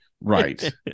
Right